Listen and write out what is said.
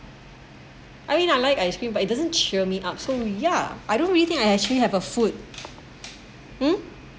I mean I like ice cream but it doesn't cheer me up so ya I don't really I actually have a food